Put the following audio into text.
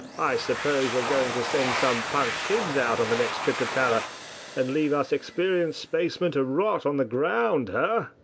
i suppose you're going to send some punk kids out on the next trip to tara and leave us experienced spacemen to rot on the ground, huh?